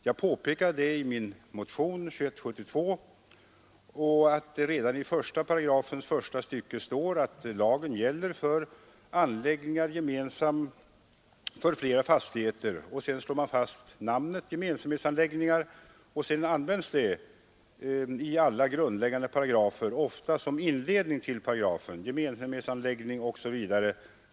Jag påpekade i min motion, 2172, att det redan i 1 § första stycket står att lagen gäller för anläggningar gemensamma för flera fastigheter. Sedan slår man fast namnet gemensamhetsanläggningar och använder det i alla grundläggande paragrafer, ofta som inledning.